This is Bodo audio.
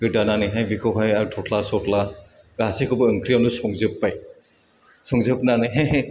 गोदानानैहाय बिखौहाय आर थथ्ला सथ्ला गासैखौबो ओंख्रियावनो संजोब्बाय संजोबनानैहाय